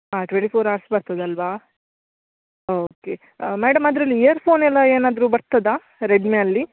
ಹಾಂ twenty four hours ಬರ್ತದೆ ಅಲ್ವಾ ಓಕೆ ಮೇಡಮ್ ಅದರಲ್ಲಿ ಇಯರ್ ಫೋನೆಲ್ಲ ಏನಾದರು ಬರ್ತದಾ ರೆಡ್ಮಿ ಅಲ್ಲಿ